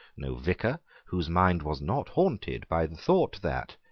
no vicar, whose mind was not haunted by the thought that,